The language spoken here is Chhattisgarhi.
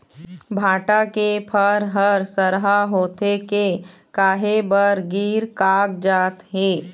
भांटा के फर हर सरहा होथे के काहे बर गिर कागजात हे?